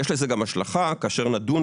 יש לזה גם השלכה כאשר נדון,